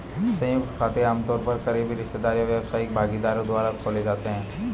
संयुक्त खाते आमतौर पर करीबी रिश्तेदार या व्यावसायिक भागीदारों द्वारा खोले जाते हैं